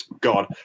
God